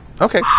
Okay